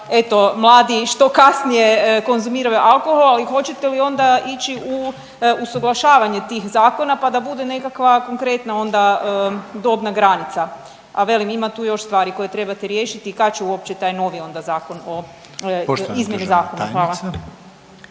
eto mladi što kasnije konzumiraju alkohol, ali hoćete li onda ići u usuglašavanje tih zakona, pa da budu nekakva konkretna onda dobna granica, a velim ima tu još stvari koje trebate riješiti i kad će uopće taj novi onda Zakon o izmjeni Zakona? Hvala.